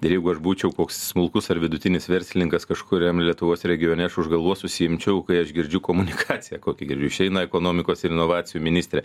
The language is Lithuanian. ir jeigu aš būčiau koks smulkus ar vidutinis verslininkas kažkuriam lietuvos regione aš už galvos susiimčiau kai aš girdžiu komunikaciją kokią girdžiu išeina ekonomikos ir inovacijų ministrė